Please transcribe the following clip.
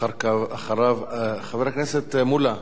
אחריו, חבר הכנסת מולה,